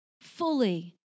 fully